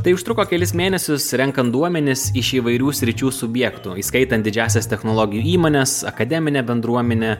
tai užtruko kelis mėnesius renkant duomenis iš įvairių sričių subjektų įskaitant didžiąsias technologijų įmones akademinę bendruomenę